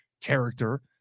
character